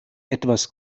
etwas